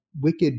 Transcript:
wicked